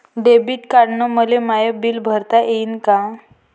Debit कार्डानं मले माय बिल भरता येईन का?